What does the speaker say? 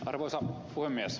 arvoisa puhemies